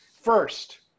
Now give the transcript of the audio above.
First